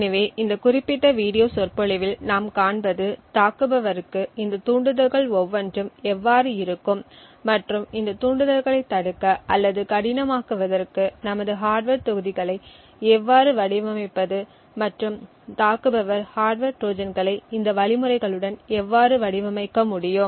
எனவே இந்த குறிப்பிட்ட வீடியோ சொற்பொழிவில் நாம் காண்பது தாக்குபவர்க்கு இந்த தூண்டுதல்கள் ஒவ்வொன்றும் எவ்வாறு இருக்கும் மற்றும் இந்த தூண்டுதல்களைத் தடுக்க அல்லது கடினமாக்குவதற்கு நமது ஹார்ட்வர் தொகுதிகளை எவ்வாறு வடிவமைப்பது மற்றும் தாக்குபவர் ஹார்ட்வர் ட்ரோஜான்களை இந்த வழிமுறைகளுடன் எவ்வாறு வடிவமைக்க முடியும்